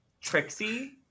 Trixie